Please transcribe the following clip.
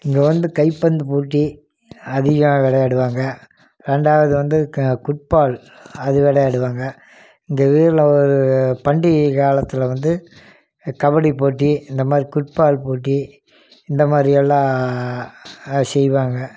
இங்கே வந்து கைப்பந்து போட்டி அதிகம் விளையாடுவாங்க ரெண்டாவது வந்து ஃபுட்பால் அது விளையாடுவாங்க இந்த ஒரு பண்டிகை காலத்தில் வந்து கபடி போட்டி இந்தமாதிரி ஃபுட்பால் போட்டி இந்தமாதிரி எல்லாம் செய்வாங்க